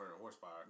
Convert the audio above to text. horsepower